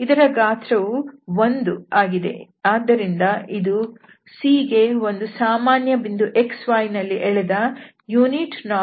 ಇದರ ಗಾತ್ರವು 1 ಆಗಿದೆ ಆದ್ದರಿಂದ ಇದು C ಗೆ ಒಂದು ಸಾಮಾನ್ಯ ಬಿಂದು xy ನಲ್ಲಿ ಎಳೆದ ಏಕಾಂಶ ಲಂಬ ಸದಿಶ